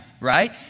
right